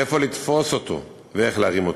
מאיפה לתפוס אותו ואיך להרים אותו.